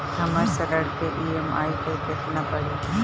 हमर ऋण के ई.एम.आई केतना पड़ी?